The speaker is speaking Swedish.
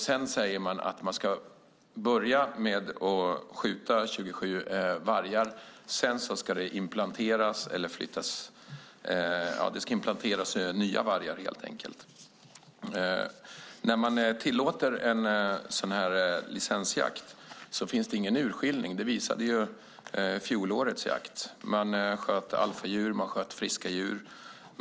Sedan säger man att man ska börja med att 27 vargar får skjutas. Därefter ska nya vargar inplanteras. När man tillåter sådan här licensjakt finns det ingen urskiljning. Det visar fjolårets jakt. Man sköt alfadjur och friska djur.